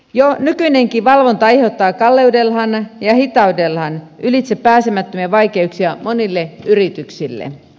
jo nykyinenkin valvonta aiheuttaa kalleudellaan ja hitaudellaan ylitsepääsemättömiä vaikeuksia monille yrityksille